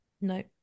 No